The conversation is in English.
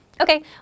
Okay